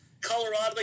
Colorado